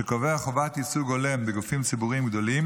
שקובע חובת ייצוג הולם בגופים ציבוריים גדולים